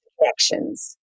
connections